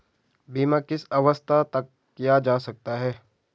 बीमा किस अवस्था तक किया जा सकता है?